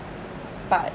but